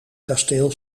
kasteel